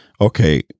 okay